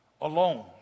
alone